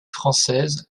françaises